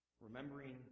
Remembering